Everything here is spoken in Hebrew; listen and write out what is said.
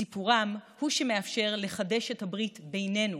סיפורם הוא שמאפשר לחדש את הברית בינינו,